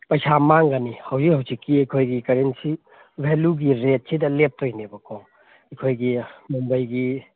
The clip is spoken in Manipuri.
ꯄꯩꯁꯥ ꯃꯥꯡꯒꯅꯤ ꯍꯧꯖꯤꯛ ꯍꯧꯖꯤꯛꯀꯤ ꯑꯩꯈꯣꯏꯒꯤ ꯀꯥꯔꯦꯟꯁꯤ ꯚꯦꯂꯨꯒꯤ ꯔꯦꯠꯁꯤꯗ ꯂꯦꯞꯇꯣꯏꯅꯦꯕꯀꯣ ꯑꯩꯈꯣꯏꯒꯤ ꯃꯨꯝꯕꯩꯒꯤ